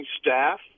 staff